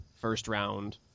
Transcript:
first-round